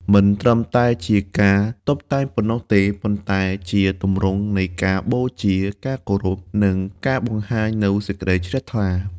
វាមិនត្រឹមតែជាការតុបតែងប៉ុណ្ណោះទេ ប៉ុន្តែជាទម្រង់នៃការបូជា ការគោរព និងការបង្ហាញនូវសេចក្តីជ្រះថ្លា។